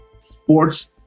sports